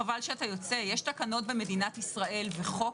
חבל שאתה יוצא - יש תקנות במדינת ישראל וחוק.